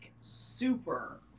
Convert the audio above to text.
super